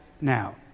now